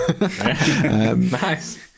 Nice